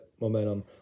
momentum